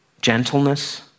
gentleness